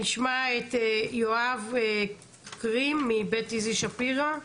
נשמע את יואב קריים מבית איזי שפירא.